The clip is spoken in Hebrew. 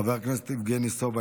חבר הכנסת יבגני סובה,